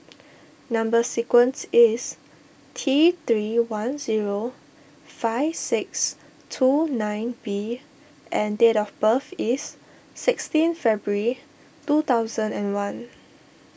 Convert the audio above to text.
Number Sequence is T three one zero five six two nine B and date of birth is sixteen February two thousand and one